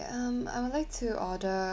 um I would like to order